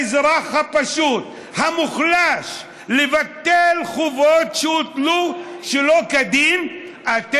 על לבטל חובות שהוטלו שלא כדין על האזרח הפשוט,